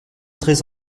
très